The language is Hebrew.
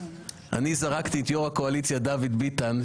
אני זרקתי את יושב-ראש הקואליציה, דוד ביטן.